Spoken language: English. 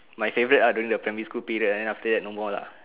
my favourite ah during the primary school period then after that no more lah